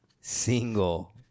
single